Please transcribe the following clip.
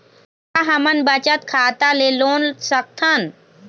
का हमन बचत खाता ले लोन सकथन?